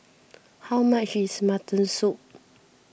how much is Mutton Soup